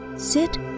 Sit